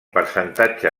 percentatge